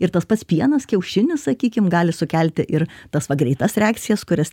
ir tas pats pienas kiaušinis sakykim gali sukelti ir tas va greitas reakcijas kurias